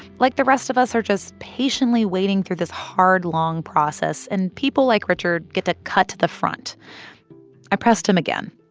like, the rest of us are just patiently waiting through this hard, long process, and people like richard get to cut to the front i pressed him again.